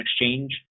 exchange